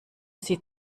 sie